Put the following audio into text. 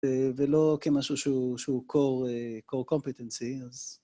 ולא כמשהו שהוא core competency, אז...